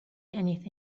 anything